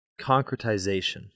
concretization